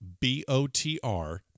B-O-T-R